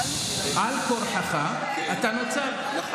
על כורחך אתה נוצר,